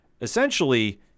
essentially